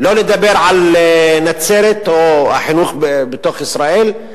לא לדבר על נצרת או החינוך בתוך ישראל,